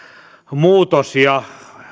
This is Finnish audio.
muutos ja